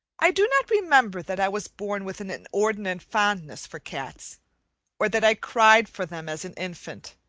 i do not remember that i was born with an inordinate fondness for cats or that i cried for them as an infant.